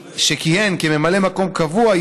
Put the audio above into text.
שכיהן כממלא מקום קבוע,